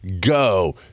go